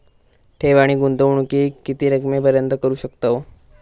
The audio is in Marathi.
ठेव आणि गुंतवणूकी किती रकमेपर्यंत करू शकतव?